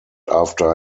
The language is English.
after